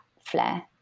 flare